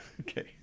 Okay